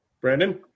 Brandon